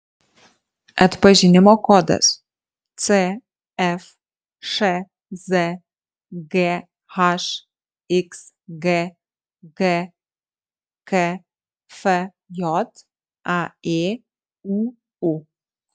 atpažinimo kodas cfšz ghxg gkfj aėūu